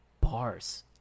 bars